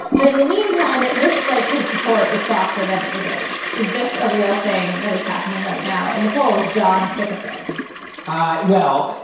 but in the meantime, it looks like his support is softer than it is. is this a real thing that is happening right now in the polls? john dickerson ah well,